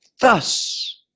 thus